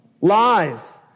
lies